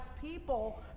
people